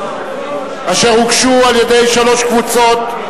אשר הוגשו על-ידי שלוש קבוצות: